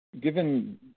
given